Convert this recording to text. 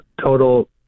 total